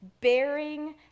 bearing